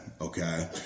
Okay